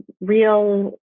real